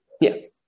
Yes